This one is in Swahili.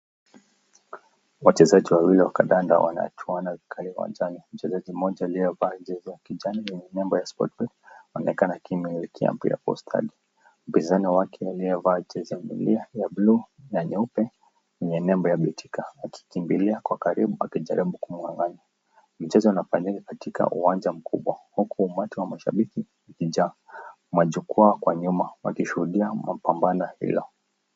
Wachezaji wawili wa kandanda wanajuana pale uwanjani. Mchezaji mmoja aliyavaa jezi ya kijani na nempo ya Sportpesa anaonekana akipeleka mpira kwa ustani. Upinzani wake aliyavaa jezi ya buluu na nyeupe yenye nempo ya Betika akikimbilia kwa karibu akijaribu kumnyanganya. Mchezo unafanyika katika uwanja mkubwa huku umati wa mashabiki wakijaa. Kuna jukwaa kwa nyuma wakishuhudia mabambano hiyo.